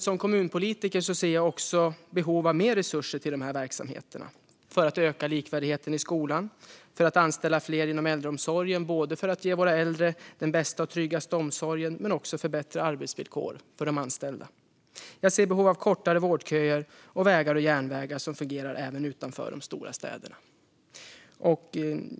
Som kommunpolitiker ser jag också behov av mer resurser till dessa verksamheter för att öka likvärdigheten i skolan och för att anställa fler inom äldreomsorgen, både för att ge våra äldre den bästa och tryggaste omsorgen och för bättre arbetsvillkor för de anställda. Jag ser behoven av kortare vårdköer och vägar och järnvägar som fungerar även utanför de stora städerna.